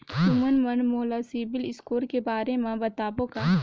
तुमन मन मोला सीबिल स्कोर के बारे म बताबो का?